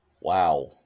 wow